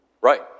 Right